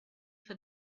for